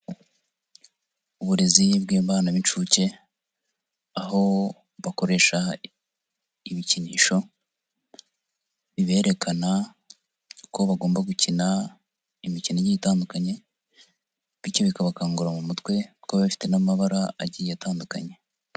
Uburezi bw'imimana n'inshuke, aho bakoresha ibikinisho, biberekana ko bagomba gukina imikino itandukanye, bityo bikabakangura mu mutwe kuko biba bifite n'amabara agiye atandukanye.